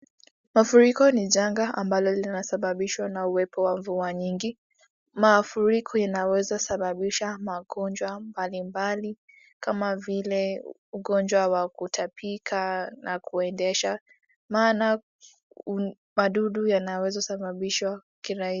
Mafuriko ni janga ambalo linasababishwa na uwepo wa mvua nyingi. Mafuriko inaweza sababisha magonjwa mbalimbali kama vile ugonjwa wa kutapika na kuendesha maana madudu yanaweza sababishwa kirahisi.